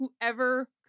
whoever